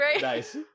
Nice